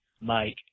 Mike